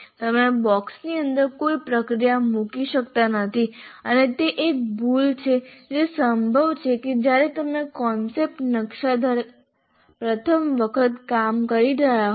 તમે બૉક્સની અંદર કોઈ પ્રક્રિયા મૂકી શકતા નથી અને તે એક ભૂલ છે જે સંભવ છે કે જ્યારે તમે કોન્સેપ્ટ નકશા સાથે પ્રથમ વખત કામ કરી રહ્યાં હોવ